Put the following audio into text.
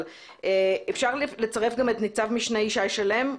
אבל אפשר לצרף גם את נצ"מ ישי שלם,